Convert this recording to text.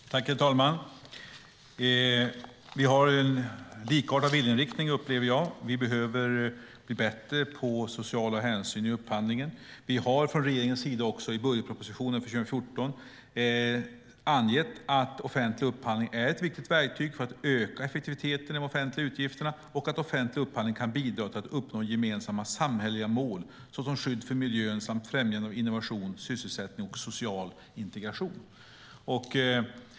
Herr talman! Jag upplever att jag och Annika Lillemets har en likartad viljeinriktning. Vi behöver bli bättre på sociala hänsyn i upphandlingen. Regeringen har också i budgetpropositionen för 2014 angett att offentlig upphandling är ett viktigt verktyg för att öka effektiviteten i de offentliga utgifterna och att offentlig upphandling kan bidra till att uppnå gemensamma samhälleliga mål såsom skydd för miljön samt främjande av innovation, sysselsättning och social integration.